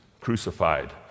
crucified